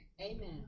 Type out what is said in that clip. Amen